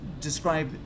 describe